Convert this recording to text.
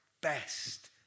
best